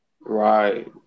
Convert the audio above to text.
Right